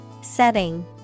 Setting